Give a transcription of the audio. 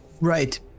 right